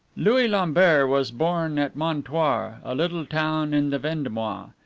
louis lambert was born at montoire, a little town in the vendomois,